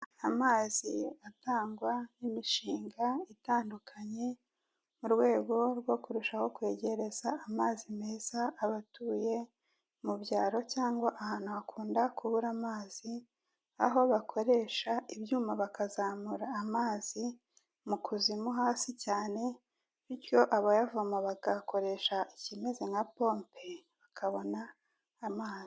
Amazi atangwa n'imishinga itandukanye mu rwego rwo kurushaho kwegereza amazi meza abatuye mu byaro cyangwa ahantu hakunda kubura amazi, aho bakoresha ibyuma bakazamura amazi mu kuzimu hasi cyane bityo abayavoma bagakoresha ikimeze nka pompe bakabona amazi.